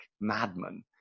madman